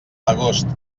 agost